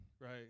right